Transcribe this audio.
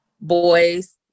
boys